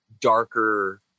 darker